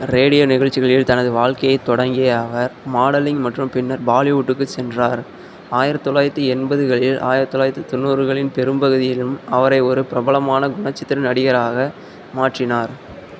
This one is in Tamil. ரேடியோ நிகழ்ச்சிகளில் தனது வாழ்க்கையைத் தொடங்கிய அவர் மாடலிங் மற்றும் பின்னர் பாலிவுட்டுக்குச் சென்றார் ஆயிரத்தி தொள்ளாயிரத்தி எண்பதுகளில் ஆயிரத்தி தொள்ளாயிரத்தி தொண்ணூறுகளின் பெரும்பகுதியிலும் அவரை ஒரு பிரபலமான குணச்சித்திர நடிகராக மாற்றினார்